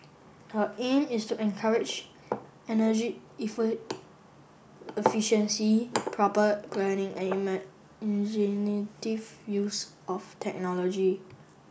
the aim is to encourage energy efficiency proper planning and imaginative use of technology